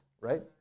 right